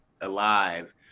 alive